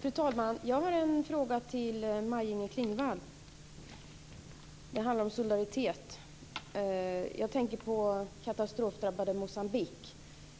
Fru talman! Jag har en fråga till Maj-Inger Klingvall. Det handlar om solidaritet. Jag tänker på katastrofdrabbade Moçambique.